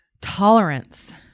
tolerance